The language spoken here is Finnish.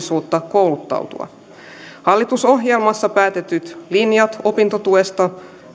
mahdollisuutta kouluttautua hallitusohjelmassa päätetyt linjat opintotuesta